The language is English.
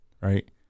right